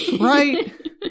right